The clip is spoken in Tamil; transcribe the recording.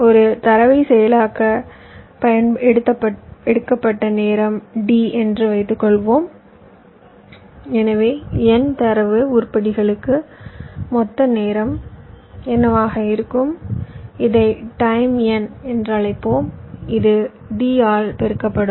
ஒரு தரவை செயலாக்க எடுக்கப்பட்ட நேரம் D என்று வைத்துக்கொள்வோம் எனவே n தரவு உருப்படிகளுக்கு மொத்த நேரம் என்னவாக இருக்கும் இதை டைம் n என்று அழைப்போம் இது D ஆல் பெருக்கப்படும்